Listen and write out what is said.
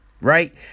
Right